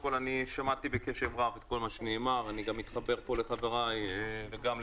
שמעתי בקשב רב את כל מה שנאמר ואני גם מתחבר לדברים שאמרו חבריי ואמר